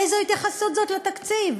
איזו התייחסות זו לתקציב?